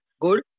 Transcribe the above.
good